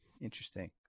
Interesting